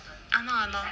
!hannor! !hannor!